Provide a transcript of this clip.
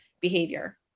behavior